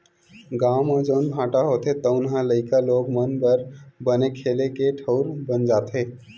गाँव म जउन भाठा होथे तउन ह लइका लोग मन बर बने खेले के ठउर बन जाथे